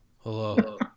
Hello